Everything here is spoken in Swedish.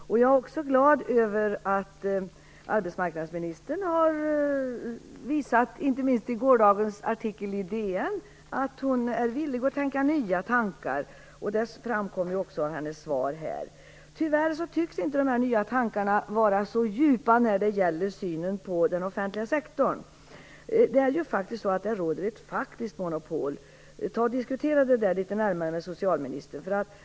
Herr talman! Vem kan tacka nej till en invitation? Det är klart att jag tycker att det vore värdefullt om vi kvinnor tillsammans kunde sätta oss ned och diskutera vår framtida arbetsmarknad. Jag är också glad över att arbetsmarknadsministern, inte minst i gårdagens artikel i DN, har visat att hon är villig att tänka nya tankar. Det framgår också av hennes svar här. Tyvärr tycks inte dessa nya tankar vara så djupa när det gäller synen på den offentliga sektorn. Där råder ju ett faktiskt monopol. Diskutera det närmare med socialministern.